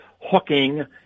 hooking